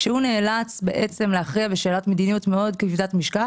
כשהוא נאלץ בעצם להכריע בשאלת מדיניות מאוד כבדת משקל,